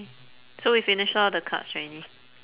so we finished all the cards already